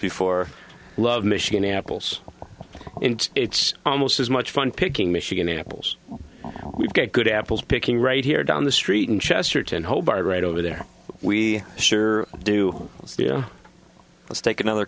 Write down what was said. before love michigan apples and it's almost as much fun picking michigan apples we've got good apples picking right here down the street and chesterton hobart right over there we sure do let's take another